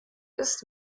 ist